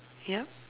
yep